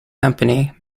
company